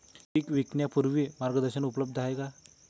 पीक विकण्यापूर्वी मार्गदर्शन उपलब्ध आहे का?